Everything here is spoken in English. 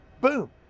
boom